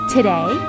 Today